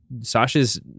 Sasha's